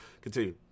Continue